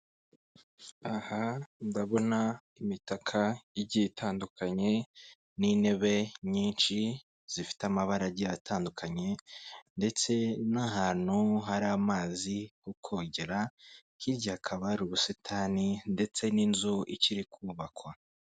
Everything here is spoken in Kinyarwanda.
Icyapa kimenyesha n'icyapa cyerekana ko hari ikigo cy'amashuri naho abanyamaguru bambukira; icyapa cyerekana nyarugenge pashoni pulaza, n'aho icyapa cy'amashuri kigarukira.